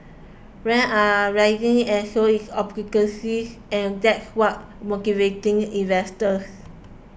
rents are rising and so is occupancies and that's what's motivating investors